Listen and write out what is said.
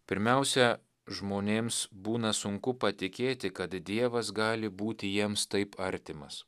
pirmiausia žmonėms būna sunku patikėti kad dievas gali būti jiems taip artimas